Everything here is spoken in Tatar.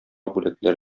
бүләкләр